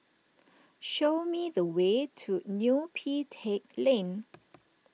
show me the way to Neo Pee Teck Lane